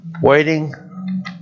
Waiting